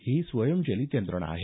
ही स्वयंचलित यंत्रणा आहे